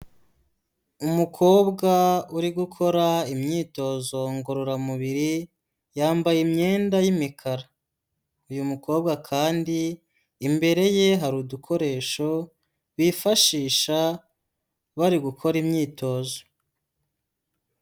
Umukobwa uri gukora imyitozo ngororamubiri yambaye imyenda y'imikara. Uyu mukobwa kandi imbere ye hari udukoresho bifashisha bari gukora imyitozo.